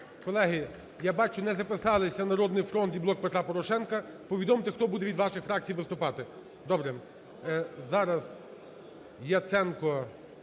Колеги, я бачу не записалися "Народний фронт" і "Блок Петра Порошенка". Повідомте, хто буде від ваших фракцій виступати. Добре. Зараз Яценко